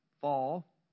fall